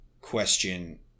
question